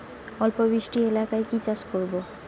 অল্প বৃষ্টি এলাকায় কি চাষ করব?